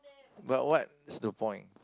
but what's the point